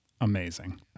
Amazing